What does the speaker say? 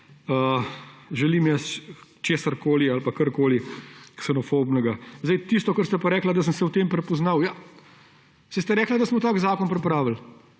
želim jaz karkoli ksenofobnega. Sedaj tisto, kar ste pa rekli, da sem se v tem prepoznal. Ja, saj ste rekli, da smo tak zakon pripravili.